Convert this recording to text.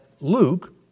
Luke